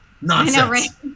Nonsense